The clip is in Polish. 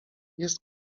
jest